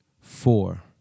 four